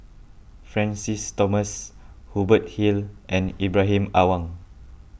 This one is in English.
Francis Thomas Hubert Hill and Ibrahim Awang